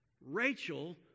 Rachel